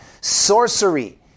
Sorcery